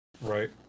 right